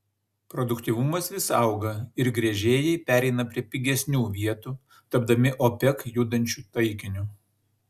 produktyvumas vis auga ir gręžėjai pereina prie pigesnių vietų tapdami opec judančiu taikiniu